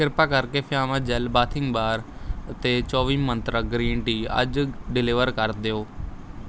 ਕਿਰਪਾ ਕਰਕੇ Fiama gel bathing bar ਅਤੇ ਚੌਵੀ ਮੰਤਰਾ ਗ੍ਰੀਨ ਟੀ ਅੱਜ ਡਿਲੀਵਰ ਕਰ ਦਿਓ